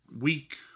week